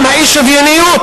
גם באי-שוויוניות